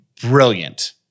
brilliant